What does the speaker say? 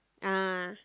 ah